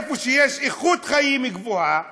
איפה שיש איכות חיים גבוהה,